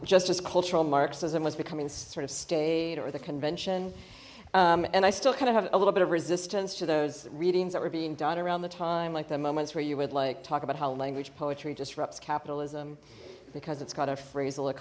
as cultural marxism was becoming sort of stayed or the convention and i still kind of have a little bit of resistance to those readings that were being done around the time like the moments where you would like talk about how language poetry disrupts capitalism because it's got a phras